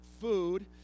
food